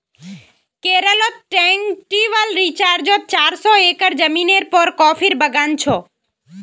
केरलत ट्रैंक्विल रिज़ॉर्टत चार सौ एकड़ ज़मीनेर पर कॉफीर बागान छ